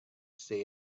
say